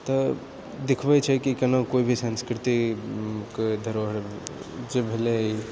तऽ देखबै छै कि केना कोइ भी संस्कृतिके धरोहर जे भेलै ई